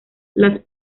las